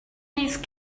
these